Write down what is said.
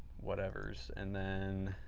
whatever, and then